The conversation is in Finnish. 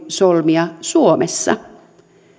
solmia suomessa